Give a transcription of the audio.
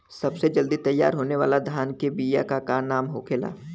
सबसे जल्दी तैयार होने वाला धान के बिया का का नाम होखेला?